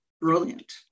brilliant